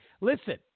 listen